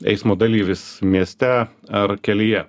eismo dalyvis mieste ar kelyje